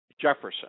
Jefferson